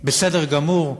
בסדר גמור,